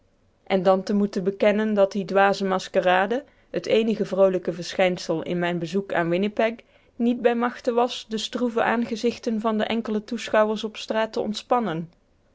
en dan te moeten bekennen dat die dwaze maskerade het eenige vroolijke verschijnsel in mijn bezoek aan winnipeg niet bij machte was de stroeve aangezichten van de enkele toeschouwers op straat te ontspannen